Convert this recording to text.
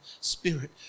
spirit